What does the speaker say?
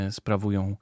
sprawują